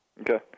Okay